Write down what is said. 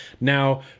Now